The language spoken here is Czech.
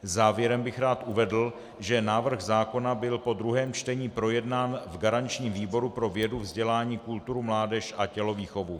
Závěrem bych rád uvedl, že návrh zákona byl po druhém čtení projednán v garančním výboru pro vědu, vzdělání, kulturu, mládež a tělovýchovu.